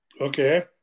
Okay